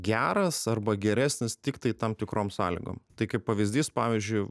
geras arba geresnis tiktai tam tikrom sąlygom tai kaip pavyzdys pavyzdžiui